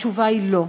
התשובה היא לא.